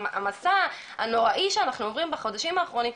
המסע הנוראי שאנחנו עוברים בחודשים האחרונים.